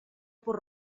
por